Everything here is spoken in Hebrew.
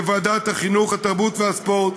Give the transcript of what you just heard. לוועדת החינוך, התרבות והספורט,